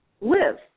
live